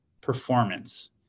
performance